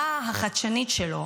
הראייה החדשנית שלו